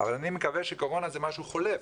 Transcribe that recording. אבל אני מקווה שקורונה זה משהו חולף.